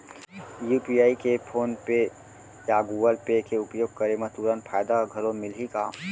UPI के PhonePe या Google Pay के उपयोग करे म तुरंत फायदा घलो मिलही का?